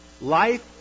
Life